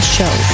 Show